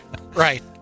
Right